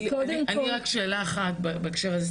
רק שאלה אחת בהקשר הזה.